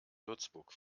würzburg